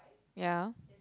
ya